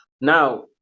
Now